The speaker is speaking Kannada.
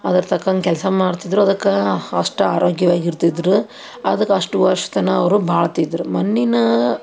ಅದರ ತಕ್ಕಂಗೆ ಕೆಲಸ ಮಾಡ್ತಿದ್ದರು ಅದಕ್ಕೆ ಅಷ್ಟು ಆರೋಗ್ಯವಾಗಿರ್ತಿದ್ರು ಅದಕ್ಕೆ ಅಷ್ಟು ವರ್ಷ ತನಕ ಅವರು ಬಾಳ್ತಿದ್ರು ಮಣ್ಣಿನ